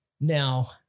Now